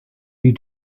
you